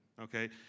Okay